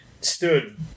stood